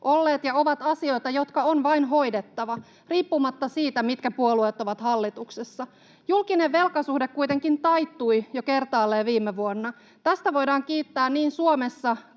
olleet ja ovat asioita, jotka on vain hoidettava riippumatta siitä, mitkä puolueet ovat hallituksessa. Julkinen velkasuhde kuitenkin taittui jo kertaalleen viime vuonna. Tästä voidaan kiittää niin Suomessa